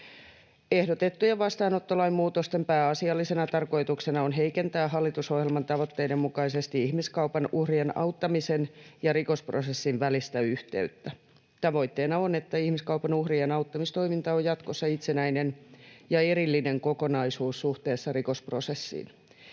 Ehdotettujen vastaanottolain muutosten pääasiallisena tarkoituksena on heikentää hallitusohjelman tavoitteiden mukaisesti ihmiskaupan uhrien auttamisen ja rikosprosessin välistä yhteyttä. Tavoitteena on, että ihmiskaupan uhrien auttamistoiminta on jatkossa itsenäinen ja erillinen kokonaisuus suhteessa rikosprosessiin.